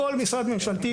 לכל משרד ממשלתי,